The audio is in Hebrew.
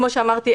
כמו שאמרתי,